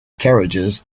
carriages